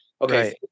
Okay